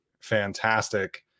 fantastic